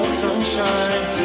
sunshine